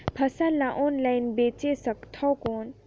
फसल ला ऑनलाइन बेचे सकथव कौन?